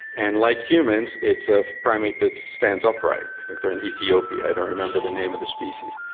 and like humans, it's a primate that stands upright, i think they're in ethiopia, i don't remember the name of the species.